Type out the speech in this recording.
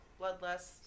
Bloodlust